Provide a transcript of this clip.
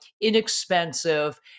inexpensive